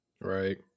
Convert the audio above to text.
Right